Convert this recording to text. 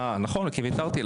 נכון, כי ויתרתי לך.